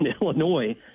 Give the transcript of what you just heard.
Illinois